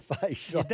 face